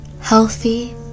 healthy